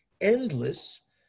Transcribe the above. endless